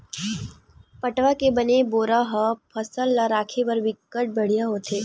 पटवा के बने बोरा ह फसल ल राखे बर बिकट बड़िहा होथे